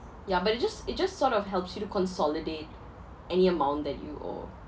ya but it just it just sort of helps you to consolidate any amount that you owe